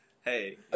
Hey